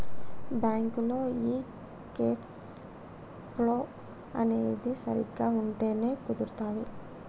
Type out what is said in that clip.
బ్యాంకులో ఈ cash flow అనేది సరిగ్గా ఉంటేనే కుదురుతాది